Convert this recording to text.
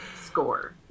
score